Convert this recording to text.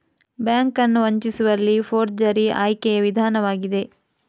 bank ಅನ್ನು ವಂಚಿಸುವಲ್ಲಿ forgery ಆಯ್ಕೆಯ ವಿಧಾನವಾಗಿದೆ